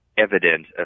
evident